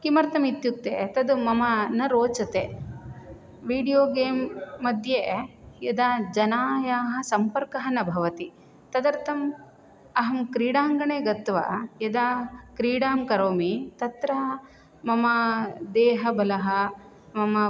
किमर्थम् इत्युक्ते तत् मम न रोचते वीडियो गेम् मध्ये यदा जनानां सम्पर्कः न भवति तदर्थम् अहं क्रीडाङ्गणे गत्वा यदा क्रीडां करोमि तत्र मम देहबलं मम